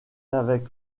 avec